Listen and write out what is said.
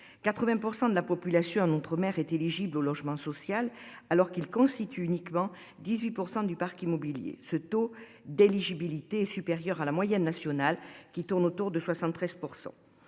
80% de la population. Un maire est éligible au logement social alors qu'ils constituent uniquement 18% du parc immobilier. Ce taux d'éligibilité est supérieur à la moyenne nationale, qui tourne autour de 73%.